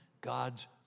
God's